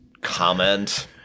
comment